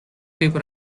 people